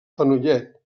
fenollet